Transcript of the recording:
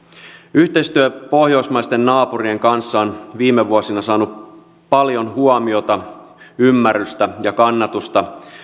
yhteistyö pohjoismaisten naapurien kanssa on viime vuosina saanut paljon huomiota ymmärrystä ja kannatusta